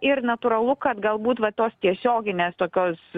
ir natūralu kad galbūt va tos tiesioginės tokios